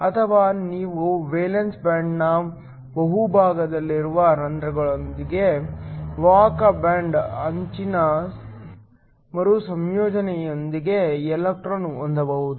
ಅಥವಾ ನೀವು ವೇಲೆನ್ಸ್ ಬ್ಯಾಂಡ್ನ ಬಹುಭಾಗದಲ್ಲಿರುವ ಹೋಲ್ ದೊಂದಿಗೆ ವಾಹಕ ಬ್ಯಾಂಡ್ ಅಂಚಿನ ಮರುಸಂಯೋಜನೆಯೊಂದಿಗೆ ಎಲೆಕ್ಟ್ರಾನ್ ಹೊಂದಬಹುದು